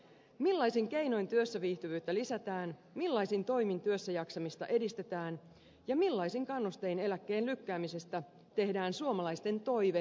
millaisin keinoin työssä viihtyvyyttä lisätään millaisin toimin työssäjaksamista edistetään ja millaisin kannustein eläkkeen lykkäämisestä tehdään suomalaisten toive ei kammo